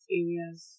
areas